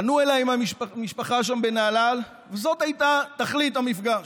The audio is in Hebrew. פנו אליי מהמשפחה בנהלל, זאת הייתה תכלית המפגש.